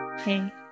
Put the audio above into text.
hey